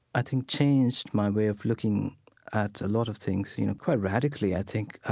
i think, changed my way of looking at a lot of things, you know, quite radically, i think,